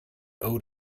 owed